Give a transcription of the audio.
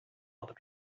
other